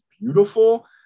beautiful